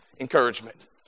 encouragement